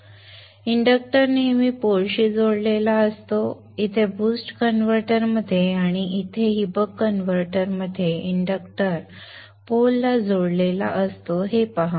inductor नेहमी पोलशी जोडलेला असतो इथे बूस्ट कन्व्हर्टरमध्ये आणि इथेही बक कन्व्हर्टर मध्ये इंडक्टर पोलला जोडलेला असतो हे पहा